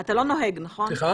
הזה הוא תהליך מבורך ויישר כוח.